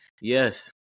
Yes